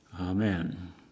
Amen